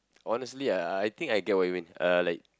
honestly I I think I get what you mean uh like